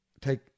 take